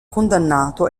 condannato